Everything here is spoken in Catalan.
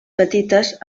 petites